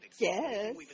Yes